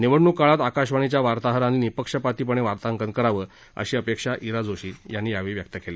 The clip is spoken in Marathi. निवडणूक काळात आकाशवाणीच्या वार्ताहरांनी निःपक्षपातीपणे वार्तांकन करावे अशी अपेक्षा इरा जोशी यांनी यावेळी व्यक्त केली